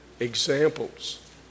Examples